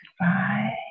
goodbye